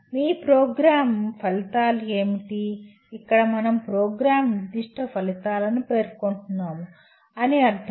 మీ program ఫలితాలు ఏమిటి ఇక్కడ మనం ప్రోగ్రామ్ నిర్దిష్ట ఫలితాలను పేర్కొంటున్నాము అని అర్థం